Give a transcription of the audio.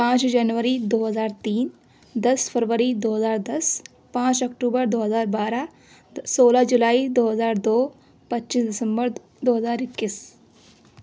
پانچ جنوری دو ہزار تین دس فروری دو ہزار دس پانچ اکٹوبر دو ہزار بارہ سولہ جولائی دو ہزار دو پچیس دسمبر دو ہزار اکیس